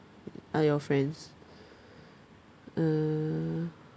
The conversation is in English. are your friends uh